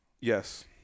yes